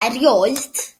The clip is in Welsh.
erioed